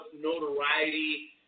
notoriety